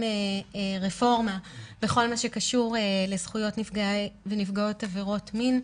רפורמה בכל מה שקשור לזכויות נפגעי ונפגעות עבירות מין,